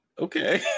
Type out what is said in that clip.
Okay